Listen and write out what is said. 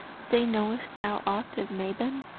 say, knowest thou aught of mabon?